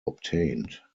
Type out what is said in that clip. obtained